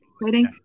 exciting